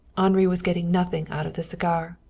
henri was getting nothing out of the cigar.